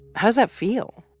how's that feel?